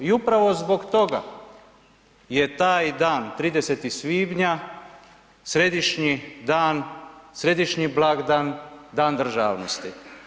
I upravo zbog toga je taj dan 30. svibnja središnji dan, središnji blagdan, Dan državnosti.